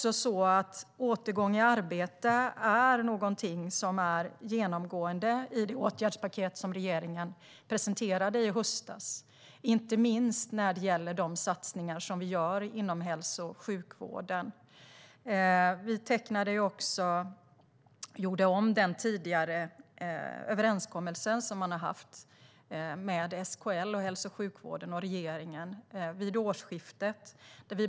Återgång till arbete är också någonting som är genomgående i det åtgärdspaket regeringen presenterade i höstas, inte minst när det gäller de satsningar vi gör inom hälso och sjukvården. Vid årsskiftet gjorde vi även om den tidigare överenskommelse man haft med SKL, hälso och sjukvården och regeringen.